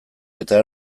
eta